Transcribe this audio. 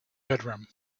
bedroom